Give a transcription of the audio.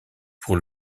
pour